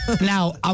Now